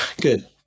Good